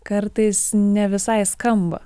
kartais ne visai skamba